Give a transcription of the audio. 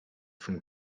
from